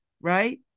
right